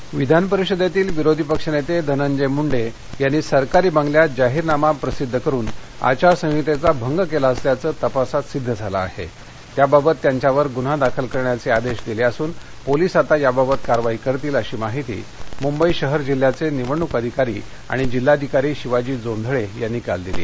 मुंडे मुंबई विधान परिषदतील विरोधी पक्षनत्त धिनंजय मुंडव्यांनी सरकारी बंगल्यात जाहिरनामा प्रसिद्ध करून आचारसंहितत्त भंग क्ला असल्याचं तपासात सिद्ध झालं आह उयाबाबत त्यांच्यावर गुन्हा दाखल करण्याच आदधीदिलखिसून पोलिस आता याबाबत कारवाई करतील अशी माहिती मुंबई शहर जिल्ह्याचविवडणुक अधिकारी आणि जिल्हाधिकारी शिवाजी जोंधळखिंनी काल दिली